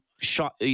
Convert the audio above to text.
shot